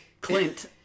Clint